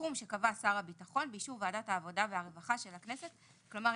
בסכום שקבע שר הביטחון באישור ועדת העבודה והרווחה של הכנסת." כלומר,